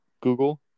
Google